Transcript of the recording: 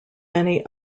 many